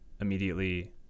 immediately